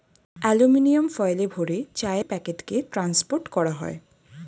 aluminium ফয়েলে ভরে চায়ের প্যাকেটকে ট্রান্সপোর্ট করা হয়